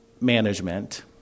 management